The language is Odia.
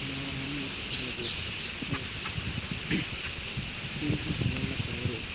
ମୋର ଅନୁଭୁତି ଥିଲା ଯେ ଫିଲ୍ଡ଼ରେ ଓହ୍ଲେଇଲା ପରେ